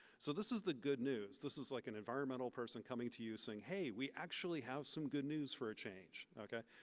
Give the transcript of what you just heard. so, this is the good news. this is like an environmental person coming to you saying, hey, we actually have some good news for a change. okay?